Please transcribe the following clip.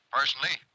Personally